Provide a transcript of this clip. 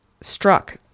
struck